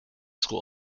school